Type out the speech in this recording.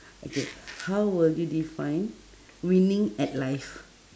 okay how will you define winning at life